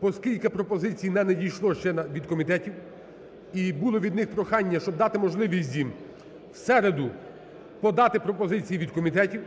Оскільки пропозицій не надійшло ще від комітетів і було від них прохання, щоб дати можливість їм в середу подати пропозиції від комітетів,